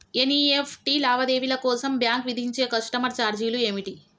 NEFT లావాదేవీల కోసం bank విధించే కస్టమర్ ఛార్జీలు ఏమిటి?